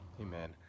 Amen